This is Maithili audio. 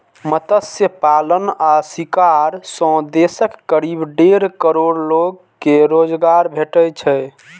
मत्स्य पालन आ शिकार सं देशक करीब डेढ़ करोड़ लोग कें रोजगार भेटै छै